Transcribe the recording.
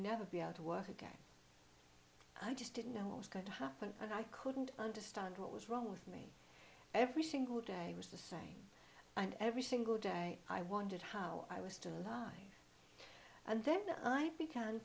never be able to work again i just didn't know what was going to happen and i couldn't understand what was wrong with me every single day was the site and every single day i wondered how i was to and then i began